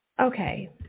Okay